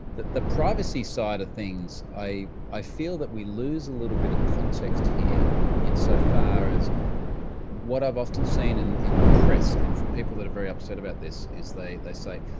the the privacy side of things, i i feel that we lose a little bit context here insofar as what i've often seen in in the press and from people that are very upset about this is they they say,